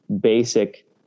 basic